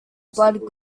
blood